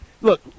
Look